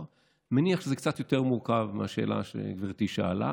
אני מניח שזה קצת יותר מורכב מהשאלה שגברתי שאלה.